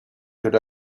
good